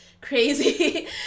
crazy